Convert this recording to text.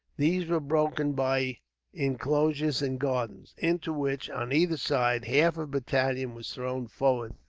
these were broken by inclosures and gardens into which, on either side, half a battalion was thrown forward,